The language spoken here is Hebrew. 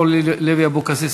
אורלי לוי אבקסיס,